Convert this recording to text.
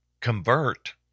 convert